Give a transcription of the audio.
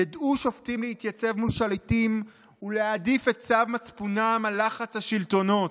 ידעו שופטים להתייצב מול שליטים ולהעדיף את צו מצפונם על לחץ השלטונות,